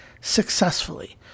successfully